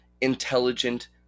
intelligent